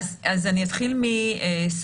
ואני אוסיף לשאלה הזאת: כיצד את רואה את סוגיית התחסנות